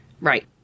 Right